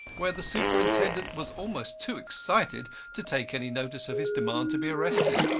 where the superintendent was almost too excited to take any notice of his demand to be arrested.